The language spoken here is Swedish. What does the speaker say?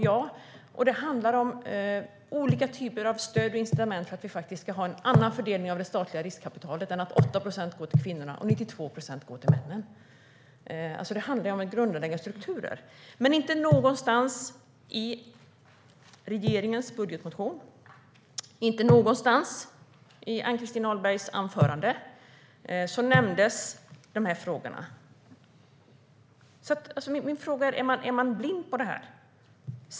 Det handlar vidare om olika typer av stöd och incitament för att få en annan fördelning av det statliga riskkapitalet än att 8 procent går till kvinnorna och 92 procent går till männen. Det handlar om grundläggande strukturer. Inte någonstans i regeringens budgetproposition, eller i Ann-Christin Ahlbergs anförande, nämns dessa frågor. Är man blind?